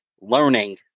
learning